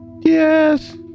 Yes